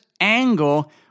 angle